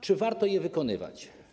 Czy warto je wykonywać?